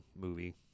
movie